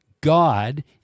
God